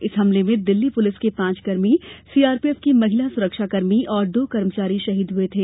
इस हमले में दिल्ली पुलिस के पांच कर्मी सीआरपीएफ की महिला सुरक्षा कर्मी और दो कर्मचारी शहीद हुये थे